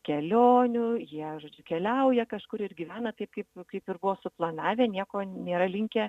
kelionių jie žodžiu keliauja kažkur ir gyvena taip kaip kaip ir buvo suplanavę nieko nėra linkę